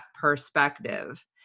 perspective